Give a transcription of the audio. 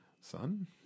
Son